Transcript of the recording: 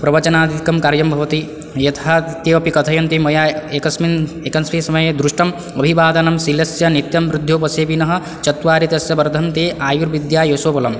प्रवचनादिकं कार्यं भवति यथा ते अपि कथयन्ति मया एकस्मिन् एकस्मिन् समये दृष्टं अभिवादनशीलस्य नित्यं वृद्धोपसेविनः चत्वारि तस्य वर्धन्ते आयुर्विद्या यशो बलं